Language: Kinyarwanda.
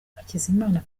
hakizimana